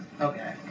Okay